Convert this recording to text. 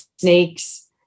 snakes